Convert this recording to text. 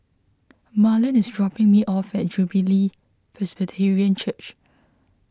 Marlen is dropping me off at Jubilee Presbyterian Church